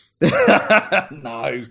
No